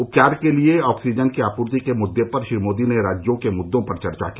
उपचार के लिए ऑक्सीजन की आपूर्ति के मुद्दे पर श्री मोदी ने राज्यों के मुद्दों पर चर्चा की